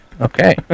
Okay